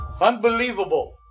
Unbelievable